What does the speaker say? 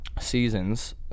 seasons